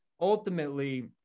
ultimately